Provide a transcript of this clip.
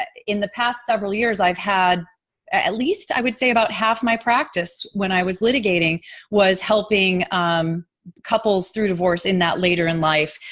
in the past several years, i've had at least i would say about half my practice, when i was litigating was helping um couples through divorce in that later in life.